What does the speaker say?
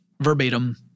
verbatim